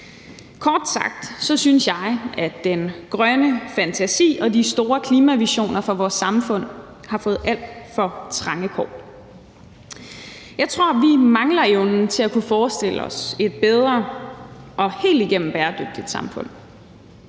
Kort sagt synes jeg, at den grønne fantasi og de store klimavisioner for vores samfund har fået alt for trange kår. Jeg tror, vi mangler evnen til at kunne forestille os et bedre og helt igennem bæredygtigt samfund.